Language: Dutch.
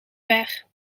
ver